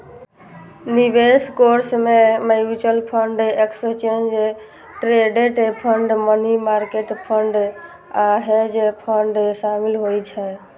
निवेश कोष मे mutual fund, exchange traded fund, money market fund आ हेज फंड शामिल होइ छै